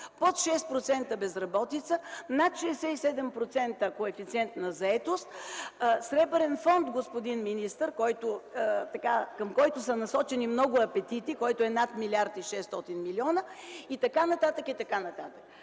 под 6% безработица, над 67% коефициент на заетост, Сребърен фонд, господин министър, към който са насочени много апетити и който е над милиард и 600 милиона и така нататък.